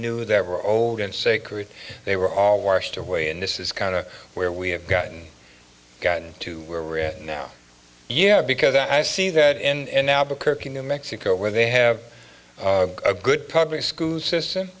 knew that were old and sacred they were all washed away and this is kind of where we have gotten gotten to where we're at now yeah because i see that in albuquerque new mexico where they have a good public school system